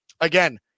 again